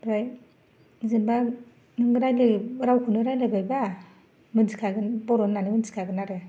आमफ्राय जेनेबा रायलाय रावखौनो रायलायबायबा मोनसिखागोन बर' होन्नानै मोनसिखागोन आरो